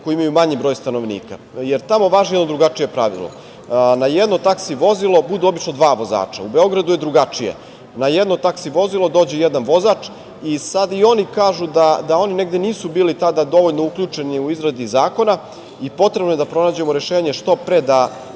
koje imaju manji broj stanovnika, jer tamo važi drugačije pravilo – na jedno taksi vozilo idu obično dva vozača. U Beogradu je drugačije – na jedno taksi vozilo dođe jedan vozač i sad i oni kažu da nisu bili dovoljno uključeni u izradu zakona i potrebno je da pronađemo rešenje što pre.